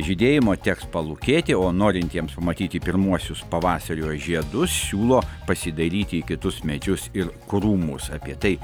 žydėjimo teks palūkėti o norintiems pamatyti pirmuosius pavasario žiedus siūlo pasidairyti į kitus medžius ir krūmus apie tai